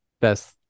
best